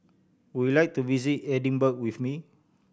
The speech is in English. would you like to visit Edinburgh with me